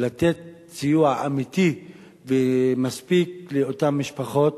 לתת סיוע אמיתי ומספיק לאותן משפחות,